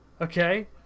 Okay